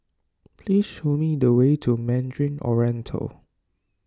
please show me the way to Mandarin Oriental